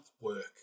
work